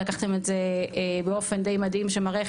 לקחתם את זה באופן די מדהים שמראה איך